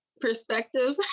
perspective